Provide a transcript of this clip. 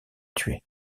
tuer